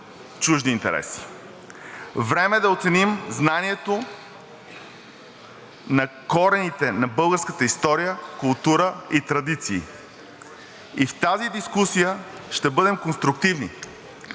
чужди интереси. Време е да оценим значението на корените на българската история, култура и традиции. И в тази дискусия ще бъдем конструктивни